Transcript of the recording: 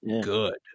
good